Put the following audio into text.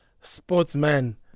sportsman